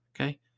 Okay